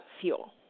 fuel